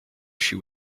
she